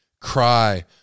cry